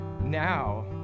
now